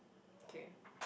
okay